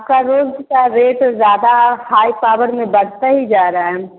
आपका रोज का रेट ज़्यादा हाई पावर में बढ़ता ही जा रहा है